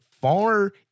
far